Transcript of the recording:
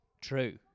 True